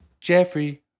Jeffrey